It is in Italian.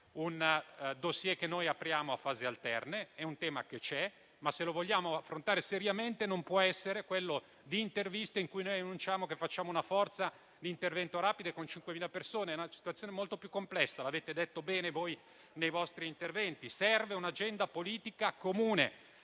un *dossier* che apriamo a fasi alterne; è un tema che c'è, ma se lo vogliamo affrontare seriamente non può essere quello di interviste in cui annunciamo una forza di intervento rapido con 5.000 persone. Si tratta di una situazione molto più complessa, come avete detto bene nei vostri interventi. Serve un'agenda politica comune,